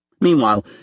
Meanwhile